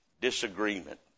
Disagreement